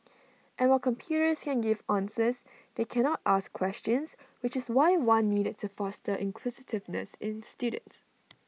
and while computers can give answers they cannot ask questions which is why one needed to foster inquisitiveness in students